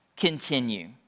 continue